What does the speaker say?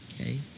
Okay